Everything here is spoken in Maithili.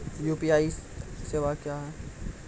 यु.पी.आई सेवा क्या हैं?